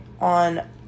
On